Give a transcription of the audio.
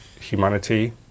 humanity